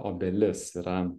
obelis yra